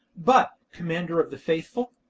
but, commander of the faithful,